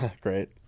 Great